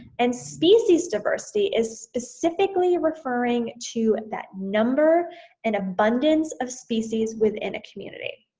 and species diversity is specifically referring to and that number and abundance of species within a community.